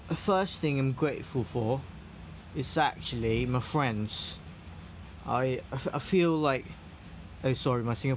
the first thing I'm grateful for is actually my friends I I I feel like oh sorry my Singapore